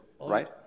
right